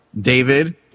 David